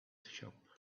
shop